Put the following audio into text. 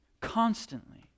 constantly